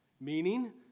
meaning